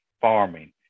farming